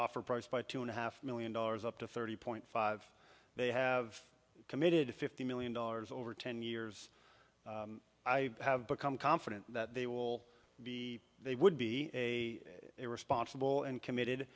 price by two and a half million dollars up to thirty point five they have committed fifty million dollars over ten years i have become confident that they will be they would be a irresponsible and committed